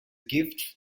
gift